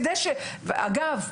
ואגב,